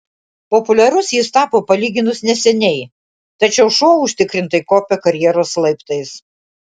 populiarus jis tapo palyginus neseniai tačiau šuo užtikrintai kopia karjeros laiptais